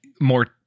more